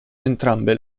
entrambe